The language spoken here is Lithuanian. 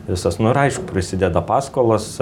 visas nu ir aišku prisideda paskolos